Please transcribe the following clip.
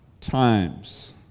times